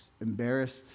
embarrassed